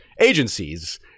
agencies